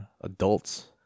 adults